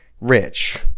rich